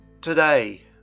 Today